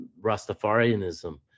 Rastafarianism